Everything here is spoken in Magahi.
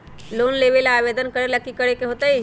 लोन लेबे ला आवेदन करे ला कि करे के होतइ?